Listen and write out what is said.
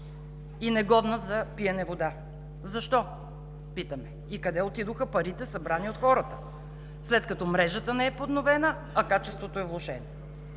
и негодна за пиене вода. Защо, питаме, и къде отидоха парите, събрани от хората, след като мрежата не е подновена, а качеството е влошено?